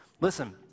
Listen